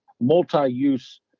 multi-use